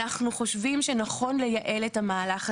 אנחנו חושבים שנכון לייעל את המהלך,